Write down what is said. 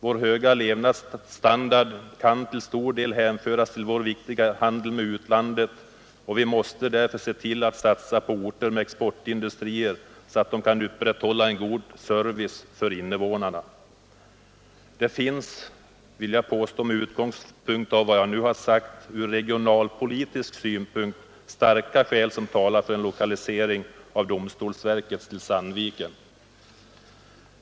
Vår höga levnadsstandard kan till stor del hänföras till vår viktiga handel med utlandet, och vi måste därför se till att satsa på orter med exportindustrier, så att de kan upprätthålla en god service för invånarna. Med utgångspunkt i vad jag nu har sagt talar starka regionalpolitiska skäl för en lokalisering av domstolsverket till Sandviken.